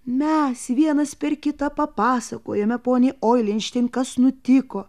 mes vienas per kitą papasakojome poniai oilinštein kas nutiko